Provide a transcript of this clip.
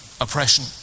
oppression